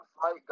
flight